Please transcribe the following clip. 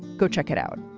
go check it out.